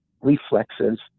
reflexes